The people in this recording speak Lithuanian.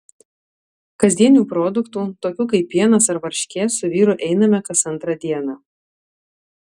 kasdienių produktų tokių kaip pienas ar varškė su vyru einame kas antrą dieną